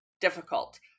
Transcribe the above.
difficult